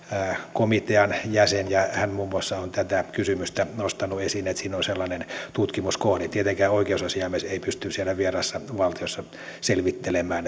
komitean jäsen ja hän muun muassa on nostanut esille tätä kysymystä että siinä on sellainen tutkimuskohde tietenkään oikeusasiamies ei pysty siellä vieraassa valtiossa selvittelemään